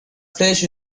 flesh